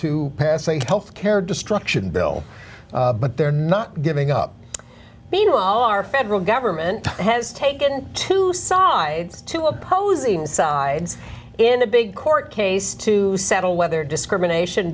to pass a health care destruction bill but they're not giving up meanwhile our federal government has taken to song by two opposing sides in a big court case to settle whether discrimination